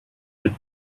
with